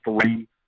three